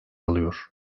alıyor